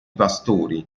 pastori